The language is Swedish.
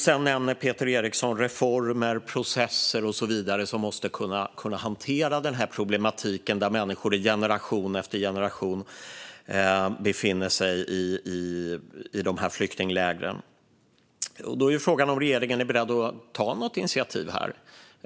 Sedan nämnde Peter Eriksson reformer, processer och så vidare som måste kunna hantera problematiken med att människor befinner sig i flyktinglägren i generation efter generation. Då är ju frågan om regeringen är beredd att ta något initiativ här.